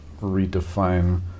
redefine